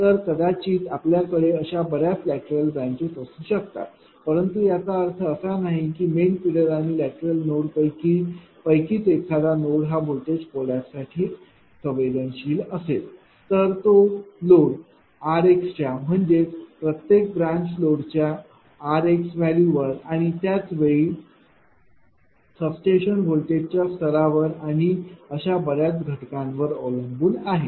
तर कदाचित आपल्याकडे अशा बऱ्याच लॅटरल ब्रांचेस असू शकतात परंतु याचा अर्थ असा नाही की मेन फीडर आणि लॅटरल नोड पैकीच एखादा नोड हा व्होल्टेज कोलैप्स साठी संवेदनशील असेल तर तो लोड r x च्या म्हणजेच प्रत्येक ब्रांच लोडच्या r x व्हॅल्यू वर आणि त्याच वेळी सबस्टेशन व्होल्टेजच्या स्तरावर आणि अशा बऱ्याच घटकांवर अवलंबून आहे